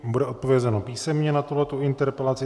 Bude odpovězeno písemně na tuhletu interpelaci.